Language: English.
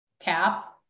cap